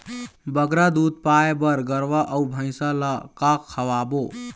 बगरा दूध पाए बर गरवा अऊ भैंसा ला का खवाबो?